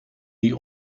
die